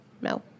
No